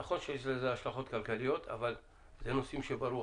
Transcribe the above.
נכון שיש לזה השלכות כלכליות אבל אלה נושאים שברוח,